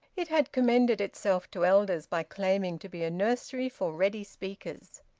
it had commended itself to elders by claiming to be a nursery for ready speakers.